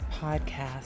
podcast